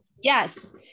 Yes